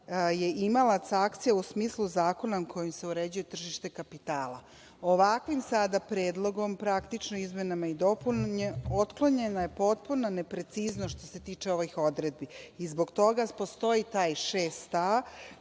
je imalac akcija, u smislu zakona kojim se uređuje tržište kapitala. Ovakvim sada predlogom, praktično izmenama i dopunama, otklonjena je potpuna nepreciznost što se tiče ovih odredbi i zbog toga postoji taj 6a